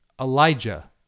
Elijah